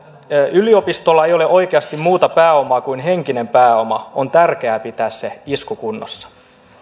yliopistolla ei ole oikeasti muuta pääomaa kuin henkinen pääoma on tärkeää pitää se iskukunnossa